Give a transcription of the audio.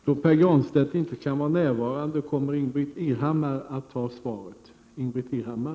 Då Pär Granstedt inte kan vara närvarande kommer Ingbritt Irhammar att ta emot svaret.